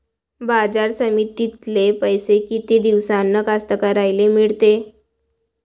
बाजार समितीतले पैशे किती दिवसानं कास्तकाराइले मिळते?